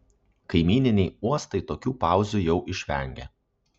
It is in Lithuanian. kaimyniniai uostai tokių pauzių jau išvengia